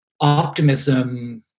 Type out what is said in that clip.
optimism